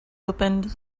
opened